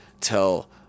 tell